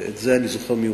את זה אני זוכר מעולה.